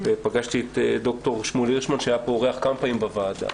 ופגשתי את ד"ר שמואל הירשמן שהיה פה אורח כמה פעמים בוועדה.